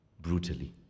brutally